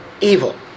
evil